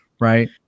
right